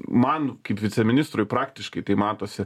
man kaip viceministrui praktiškai tai matosi